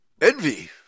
Envy